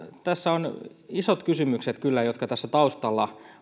tässä on kyllä isot kysymykset jotka taustalla